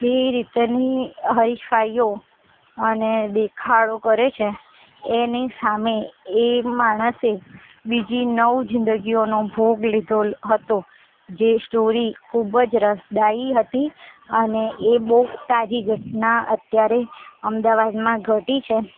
જે રીતની હરીફાઈઓ અને દેખાડો કરે છે એની સામે એ માણસે બીજી નવ જિંદગીઓનો ભોગ લીધો હતો જે સ્ટોરી ખૂબ જ રસદાયી હતી અને એ બહુ તાજી ઘટના અત્યારે અમદાવાદમાં ઘટી છે